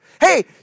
Hey